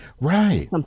right